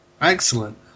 Excellent